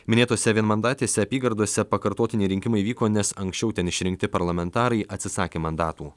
minėtose vienmandatėse apygardose pakartotiniai rinkimai vyko nes anksčiau ten išrinkti parlamentarai atsisakė mandatų